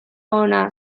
ona